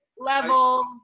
Levels